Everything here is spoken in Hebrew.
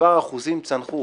וכבר האחוזים צנחו